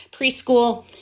preschool